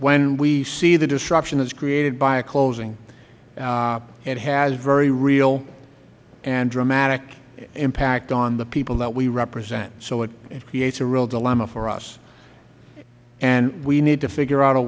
when we see the disruption that is created by a closing it has very real and dramatic impact on the people that we represent so it creates a real dilemma for us and we need to figure out a